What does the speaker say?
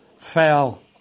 fell